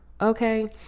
Okay